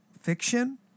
fiction